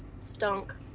stunk